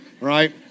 right